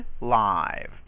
Live